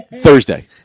Thursday